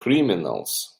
criminals